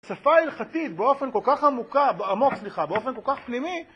שפה הלכתית באופן כל כך עמוק, סליחה, באופן כל כך פנימי